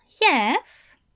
yes